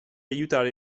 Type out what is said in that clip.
aiutare